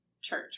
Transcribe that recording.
church